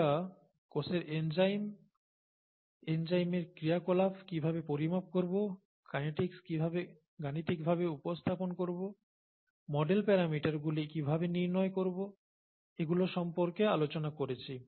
আমরা কোষের এনজাইম এনজাইমের ক্রিয়া কলাপ কিভাবে পরিমাপ করব কাইনেটিক্স কিভাবে গাণিতিকভাবে উপস্থাপন করব মডেল প্যারামিটারগুলি কিভাবে নির্ণয় করব এগুলো সম্পর্কে আলোচনা করেছি